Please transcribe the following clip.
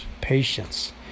patience